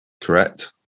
correct